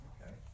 Okay